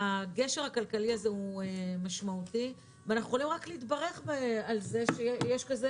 הגשר הכלכלי הזה הוא משמעותי ואנחנו יכולים רק להתברך על זה שיש כזה